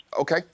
Okay